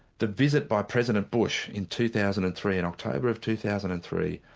the visit by president bush in two thousand and three in october of two thousand and three,